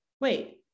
wait